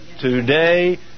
today